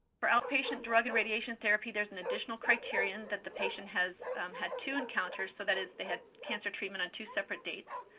for outpatient um and radiation therapy, there's an additional criterion that the patient has had two encounters. so, that is they had cancer treatment on two separate dates.